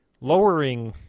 lowering